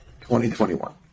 2021